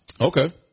Okay